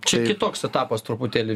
čia kitoks etapas truputėlį